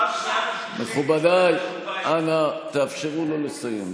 מכובדיי, אנא תאפשרו לו לסיים.